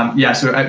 yeah, so,